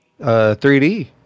3D